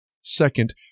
Second